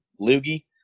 loogie